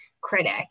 critic